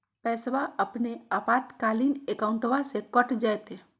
पैस्वा अपने आपातकालीन अकाउंटबा से कट जयते?